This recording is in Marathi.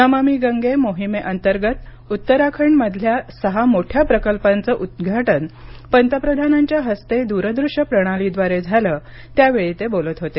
नमामि गंगे मोहिमे अंतर्गत उत्तराखंडमधल्या सहा मोठ्या प्रकल्पांचे उद्घाटन पंतप्रधानांच्या हस्ते दूरदृष्य प्रणालीद्वारे झालं त्यावेळी ते बोलत होते